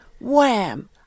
wham